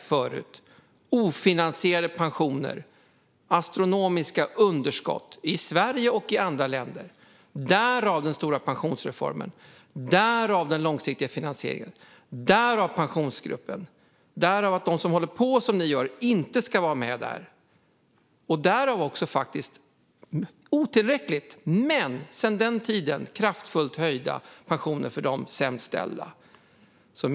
Det handlar om ofinansierade pensioner och astronomiska underskott - i Sverige och i andra länder. Detta var bakgrunden till den stora pensionsreformen och den långsiktiga finansieringen. Detta var bakgrunden till Pensionsgruppen och till att de som håller på som ni gör inte ska vara med där. Det var faktiskt också bakgrunden till att det blev höjda pensioner för de sämst ställda - visserligen otillräckligt men ändå en kraftfull höjning sedan den tiden.